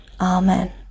Amen